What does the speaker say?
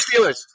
Steelers